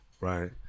Right